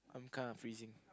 I'm kind of freezing